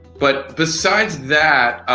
but besides that,